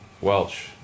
welch